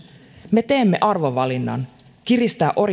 me teemme arvovalinnan kiristää